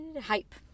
hype